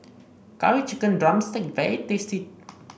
Curry Chicken drumstick is very tasty